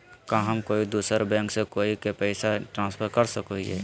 का हम कोई दूसर बैंक से कोई के पैसे ट्रांसफर कर सको हियै?